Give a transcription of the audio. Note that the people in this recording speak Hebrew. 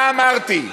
מה אמרתי?